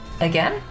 Again